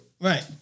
Right